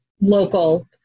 local